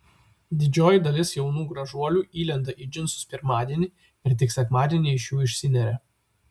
didžioji dalis jaunų gražuolių įlenda į džinsus pirmadienį ir tik sekmadienį iš jų išsineria